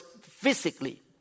physically